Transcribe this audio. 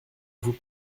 vous